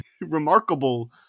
remarkable